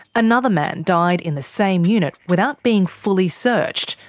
another man died in the same unit without being fully searched,